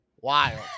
Wild